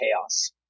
chaos